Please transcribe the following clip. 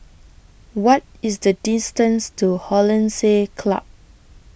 What IS The distance to Hollandse Club